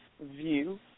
view